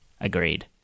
agreed